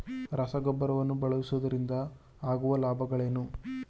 ರಸಗೊಬ್ಬರವನ್ನು ಬಳಸುವುದರಿಂದ ಆಗುವ ಲಾಭಗಳೇನು?